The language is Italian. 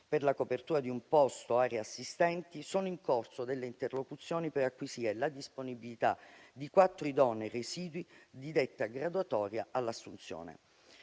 per la copertura di un posto area assistenti, sono in corso delle interlocuzioni per acquisire la disponibilità di 4 idonei residui di detta graduatoria all'assunzione.